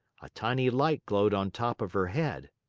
a tiny light glowed on top of her head.